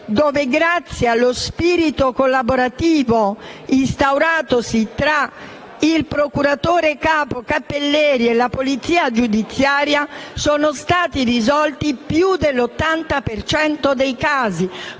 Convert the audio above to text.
dove, grazie allo spirito collaborativo instauratosi tra il procuratore capo Cappelleri e la polizia giudiziaria, è stato risolto più dell'80 per cento dei casi,